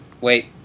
Wait